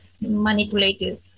manipulated